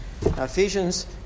Ephesians